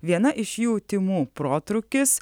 viena iš jų tymų protrūkis